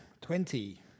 Twenty